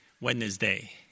Wednesday